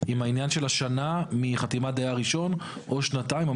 עם העניין של השנה מחתימת דייר ראשון או שנתיים.